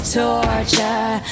torture